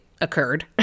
occurred